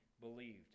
believed